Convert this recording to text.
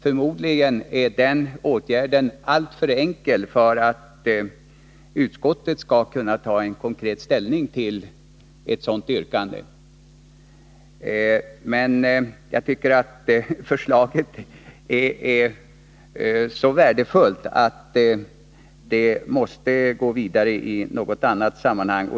Förmod ligen är den åtgärden alltför enkel för att utskottet skall kunna ta konkret ställning till ett sådant yrkande. Jag tycker dock att förslaget är så värdefullt att det måste gå vidare i något annat sammanhang.